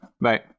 Bye